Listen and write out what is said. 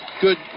good